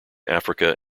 africa